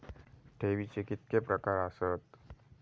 ठेवीचे कितके प्रकार आसत?